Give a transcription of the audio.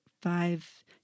five